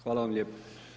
Hvala vam lijepo.